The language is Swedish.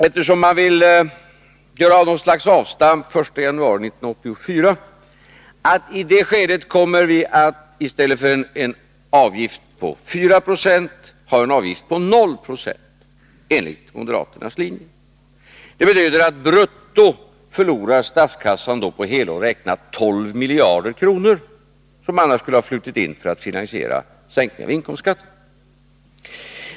Eftersom de vill göra något slags avstamp den 1 januari 1984, betyder det att vi i det skedet kommer att ha en avgift på 0 9 i stället för en avgift på 4 Jo, enligt moderaternas linje. Det betyder att statskassan förlorar på helår "räknat brutto 12 miljarder kronor, som annars skulle ha flutit in för att finansiera sänkningen av inkomstskatterna.